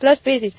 pulse basis